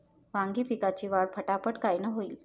वांगी पिकाची वाढ फटाफट कायनं होईल?